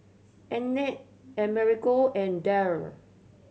Annette Amerigo and Daryl